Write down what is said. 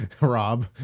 rob